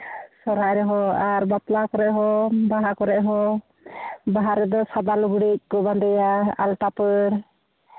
ᱥᱚᱦᱨᱟᱭ ᱨᱮᱦᱚᱸ ᱟᱨ ᱵᱟᱯᱞᱟ ᱠᱚᱨᱮ ᱦᱚᱸ ᱵᱟᱦᱟ ᱠᱚᱨᱮᱜ ᱦᱚᱸ ᱵᱟᱦᱟ ᱨᱮᱫᱚ ᱥᱟᱫᱟ ᱞᱩᱜᱽᱲᱤᱡ ᱠᱚ ᱵᱟᱸᱫᱮᱭᱟ ᱟᱨ ᱟᱞᱛᱟᱯᱟᱹᱲ